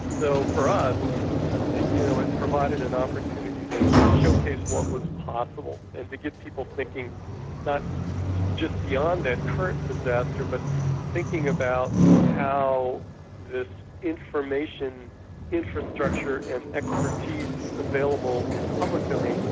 so for us you know it provided an opportunity to showcase what was possible and to get people thinking not just beyond that current disaster but thinking about how this information infrastructure and expertise available in the public domain,